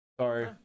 sorry